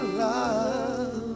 love